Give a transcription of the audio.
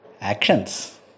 actions